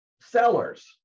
Sellers